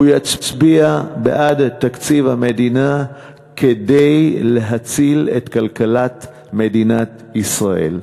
יצביע בעד תקציב המדינה כדי להציל את כלכלת מדינת ישראל.